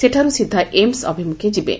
ସେଠାରୁ ସିଧା ଏମ୍ସ୍ ଅଭିମୁଖେ ଯିବେ